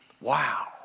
Wow